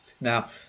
Now